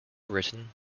written